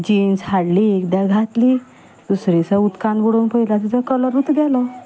jeans हाडली एकदा घातली दुसरे दिसा उदकान बुडोवन पयल्या तिजो कलरूच गेलो